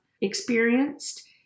experienced